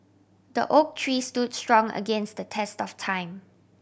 the oak tree stood strong against the test of time